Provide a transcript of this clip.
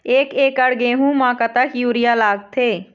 एक एकड़ गेहूं म कतक यूरिया लागथे?